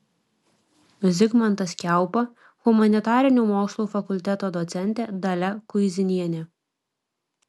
zigmantas kiaupa humanitarinių mokslų fakulteto docentė dalia kuizinienė